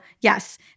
Yes